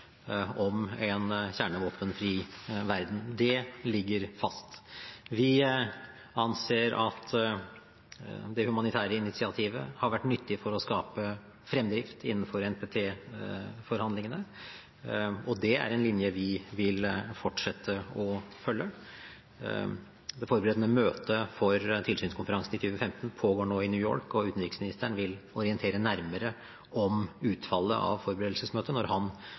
om en kjernevåpenfri verden. Det ligger fast. Vi anser at det humanitære initiativet har vært nyttig for å skape fremdrift innenfor NTP-forhandlingene, og det er en linje vi vil fortsette å følge. Det forberedende møtet for tilsynskonferansen i 2015 pågår nå i New York, og utenriksministeren vil orientere nærmere om utfallet av forberedelsesmøtet når han